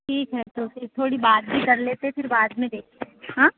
ठीक है तो फिर थोड़ी बात भी कर लेते फिर बाद में देखते हैं हाँ